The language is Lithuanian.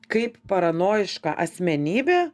kaip paranojiška asmenybė